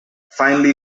finely